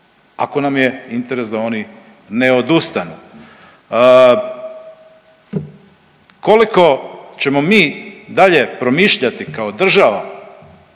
ako nam je interese da oni ne odustanu. Koliko ćemo mi dalje promišljati kao država,